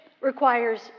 requires